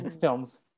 films